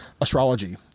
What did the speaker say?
Astrology